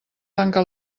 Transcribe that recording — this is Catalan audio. tanca